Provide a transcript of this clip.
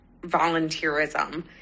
volunteerism